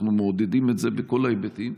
אנחנו מעודדים את זה בכל ההיבטים,